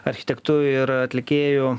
architektu ir atlikėju